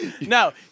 No